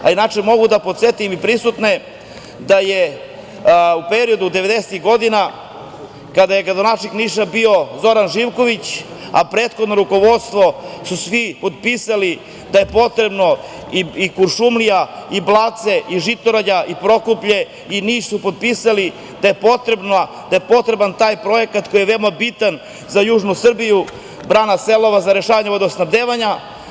Inače, mogu da podsetim i prisutne da je u periodu devedesetih godina kada je gradonačelnik Niša bio Zoran Živković, a u prethodnom rukovodstvu su svi potpisali da je potrebno da i Kuršumlija, Blace, Žitorađe i Prokuplje, dakle nisu potpisali da je potreban taj projekat koji je veoma bitan za južnu Srbiji, brana „Selova“ za rešavanje vodosnabdevanja.